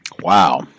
Wow